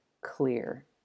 clear